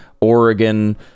Oregon